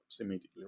immediately